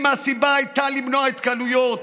אם הסיבה הייתה למנוע התקהלויות,